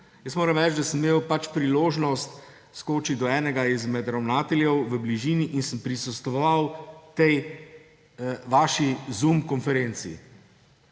Jaz moram reči, da sem imel priložnost skočiti do enega izmed ravnateljev v bližini in sem prisostvoval tej vaši Zoom konferenci.